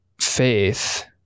faith